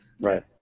Right